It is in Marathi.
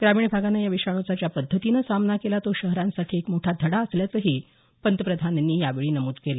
ग्रामीण भागानं या विषाणूचा ज्या पद्धतीनं सामना केला तो शहरांसाठी एक मोठा धडा असल्याचं पंतप्रधानांनी यावेळी नमूद केलं